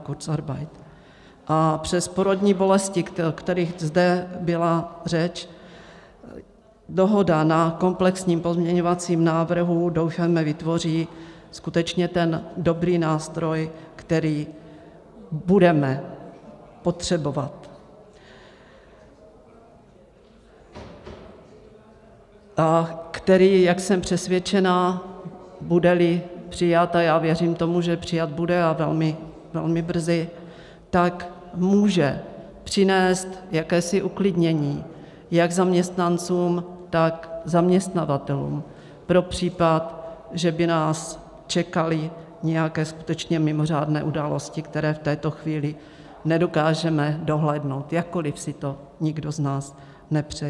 A přes porodní bolesti, o kterých zde byla řeč, dohoda na komplexním pozměňovacím návrhu doufejme vytvoří skutečně dobrý nástroj, který budeme potřebovat, který, jak jsem přesvědčená, budeli přijat a já věřím tomu, že přijat bude a velmi brzy tak může přinést jakési uklidnění jak zaměstnancům, tak zaměstnavatelům pro případ, že by nás čekaly nějaké skutečně mimořádné události, které v této chvíli nedokážeme dohlédnout, jakkoli si to nikdo z nás nepřeje.